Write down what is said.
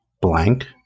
Blank